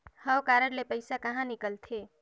हव कारड ले पइसा कहा निकलथे?